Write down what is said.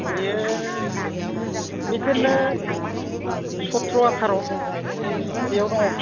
बेयो बिदिनो चट्र' आटार' बेयाव दङ